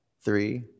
three